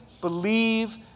believe